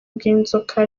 bw’inzoka